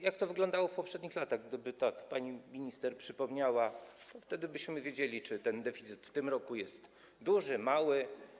Jak to wyglądało w poprzednich latach, gdyby tak pani minister przypomniała, to wtedy byśmy wiedzieli, czy ten deficyt w tym roku jest duży czy mały.